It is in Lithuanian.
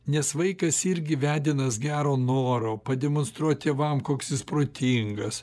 nes vaikas irgi vedinas gero noro pademonstruot tėvam koks jis protingas